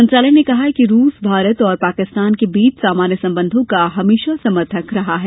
मंत्रालय ने कहा कि रूस भारत और पाकिस्तान के बीच सामान्य संबंधों का हमेशा समर्थक रहा है